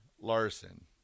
Larson